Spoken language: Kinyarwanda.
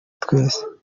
twese